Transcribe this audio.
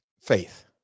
Faith